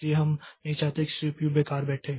इसलिए हम नहीं चाहते कि सीपीयू बेकार बैठे